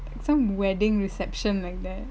some wedding reception like that